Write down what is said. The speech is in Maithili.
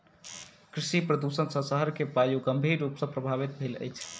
कृषि प्रदुषण सॅ शहर के वायु गंभीर रूप सॅ प्रभवित भेल अछि